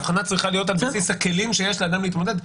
ההבחנה צריכה להיות על בסיס הכלים שיש לאדם להתמודד.